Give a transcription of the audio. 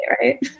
Right